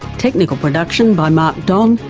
technical production by mark don.